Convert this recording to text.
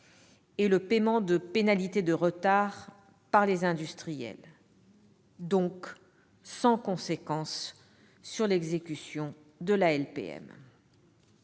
et du paiement de pénalités de retard par les industriels, ce qui est donc sans conséquence sur l'exécution de la LPM.